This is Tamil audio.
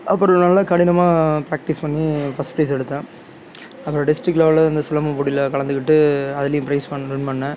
அப்புறம் நல்லா கடினமாக ப்ராக்ட்டிஸ் பண்ணி ஃபஸ்ட்டு பிரைஸ் எடுத்தேன் அப்புறம் டிஸ்டிக் லெவலில் வந்து சிலம்பம் போட்டியில் கலந்துக்கிட்டு அதுலேயும் பிரைஸ் வந்து வின் பண்ணேன்